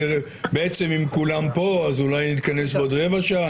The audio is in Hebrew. בעצם אם כולם פה, אז אולי נתכנס בעוד רבע שעה.